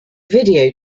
video